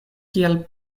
kiel